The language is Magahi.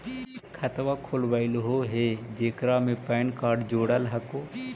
खातवा खोलवैलहो हे जेकरा मे पैन कार्ड जोड़ल हको?